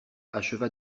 acheva